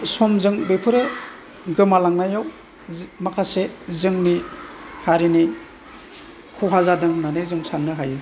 समजों बेफोरो गोमालांनायाव जि माखासे जोंनि हारिनि खहा जादों होननानै जों साननो हायो